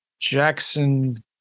Jackson